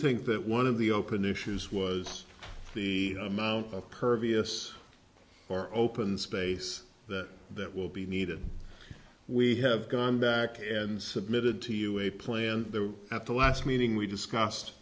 think that one of the open issues was the amount of pervious or open space that that will be needed we have gone back and submitted to you a plant there at the last meeting we discuss